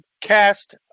cast